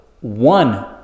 one